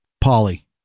Polly